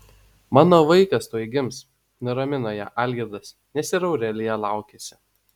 mano vaikas tuoj gims nuramino ją algirdas nes ir aurelija laukėsi